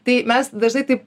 tai mes dažnai taip